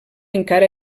encara